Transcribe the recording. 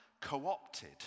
co-opted